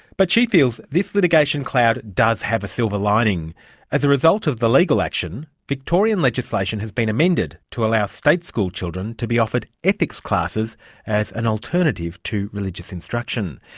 but she feels this litigation cloud does have a silver lining as a result of the legal action, victorian legislation has been amended to allow state school children to be offered ethics classes as an alternative to religious instruction.